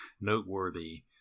noteworthy